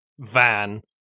van